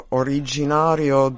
originario